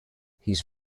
his